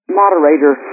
moderator